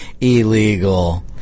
illegal